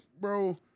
bro